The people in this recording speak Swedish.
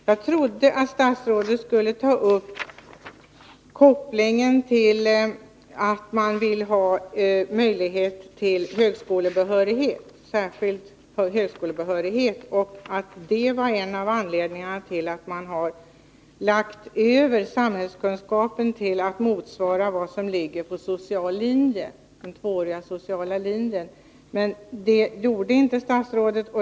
Jag trodde att statsrådet särskilt skulle ta upp kopplingen till högskolebehörigheten och att den var en av anledningarna till att man har flyttat vissa moment från ämnet arbetslivsorientering till samhällskunskap för att få en motsvarighet till vad som ligger på den sociala linjen, men det gjorde inte statsrådet.